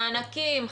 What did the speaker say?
מענקים,